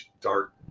dark